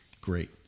great